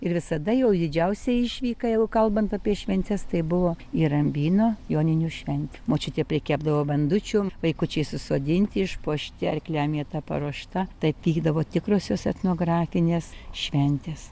ir visada jo didžiausia išvyka jeigu kalbant apie šventes tai buvo į rambyno joninių šventę močiutė prikepdavo bandučių vaikučiai susodinti išpuošti arkliam vieta paruošta taip vykdavo tikrosios etnografinės šventės